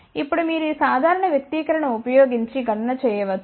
ఇప్పుడు మీరు ఈ సాధారణ వ్యక్తీకరణ ను ఉపయోగించి గణన చేయవచ్చు